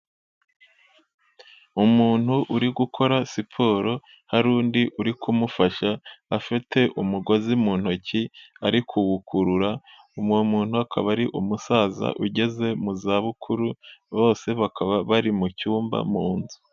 Umuntu uri gukora siporo, hari undi uri kumufasha afite umugozi mu ntoki ari kuwukurura, uwo muntu akaba ari umusaza ugeze mu za bukuru, bose bakaba bari mu cyumba mu nzu.